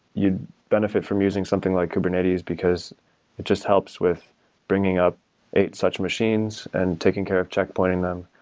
you'd benefit from using something like kubernetes because it just helps with bringing up eight such machines and taking care of check-pointing them.